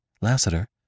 Lassiter